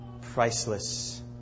priceless